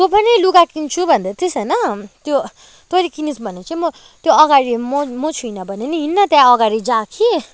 तँ पनि लुगा किन्छु भन्दै थिइस् होइन त्यो तैले किनिस् भने चाहिँ म त्यो अगाडि म छुइँन भने पनि हिँड न त्यहाँ अगाडि जा कि